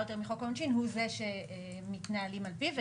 יותר מחוק העונשין הוא זה שמתנהלים על פיו.